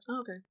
okay